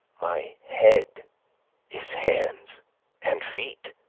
my head is hands and feet.